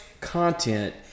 content